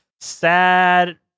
sad